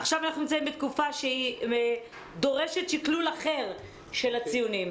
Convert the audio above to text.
עכשיו אנחנו נמצאים בתקופה שדורשת שקלול אחר של הציונים.